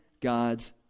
God's